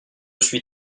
suis